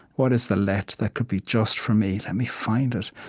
what is the let that could be just for me? let me find it.